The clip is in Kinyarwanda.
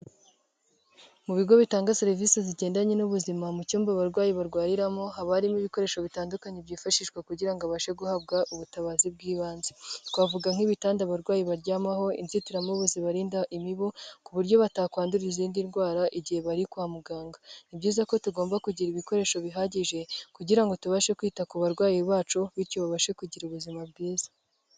Mu bigo bitanga serivisi zigendanye n'ubuzima mu cyumba abarwayi barwariramo, haba harimo ibikoresho bitandukanye byifashishwa kugira ngo abashe guhabwa ubutabazi bw'ibanze, twavuga nk'ibitanda abarwayi baryamaho, inzitiramubu zibarinda imibu ku buryo batakwandura izindi ndwara igihe bari kwa muganga; ni byiza ko tugomba kugira ibikoresho bihagije kugira ngo tubashe kwita ku barwayi bacu bityo babashe kugira ubuzima bwiza.